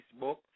Facebook